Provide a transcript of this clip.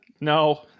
No